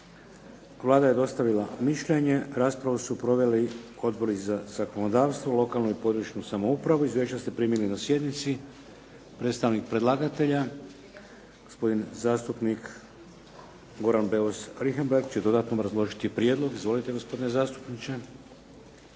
Vlada je dostavila mišljenje. Raspravu su proveli odbori za zakonodavstvo, lokalnu i područnu samoupravu. Izvješća ste primili na sjednici. Predstavnik predlagatelja gospodin zastupnik Goran Beus Richembergh će dodatno obrazložiti prijedlog. Izvolite gospodine zastupniče.